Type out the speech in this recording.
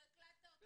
לא הקלטת אותו,